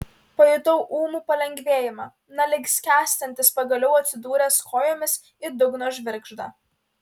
pajutau ūmų palengvėjimą na lyg skęstantis pagaliau atsidūręs kojomis į dugno žvirgždą